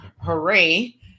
hooray